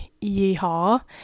yee-haw